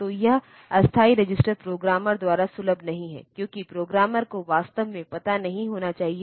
तो processor A की assembly language में लिखा गया एक प्रोग्राम प्रोसेसर B पर काम नहीं करेगा